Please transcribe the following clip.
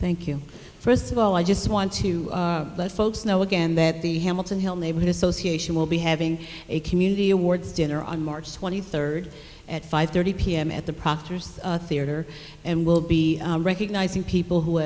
thank you first of all i just want to let folks know again that the hamilton hill neighborhood association will be having a community awards dinner on march twenty third at five thirty p m at the proctors theater and will be recognizing people who